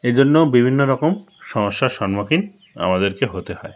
এ জন্য বিভিন্ন রকম সমস্যার সম্মুখীন আমাদেরকে হতে হয়